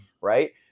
right